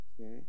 okay